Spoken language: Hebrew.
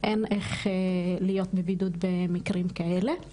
אין איך להיות בבידוד במקרים כאלה,